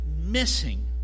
missing